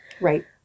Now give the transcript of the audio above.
Right